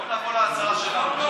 בוא נעבור להצעה שלך.